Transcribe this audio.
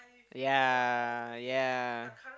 ya ya